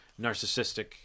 narcissistic